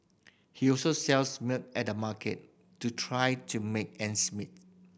he also sells milk at the market to try to make ends meet